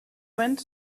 wind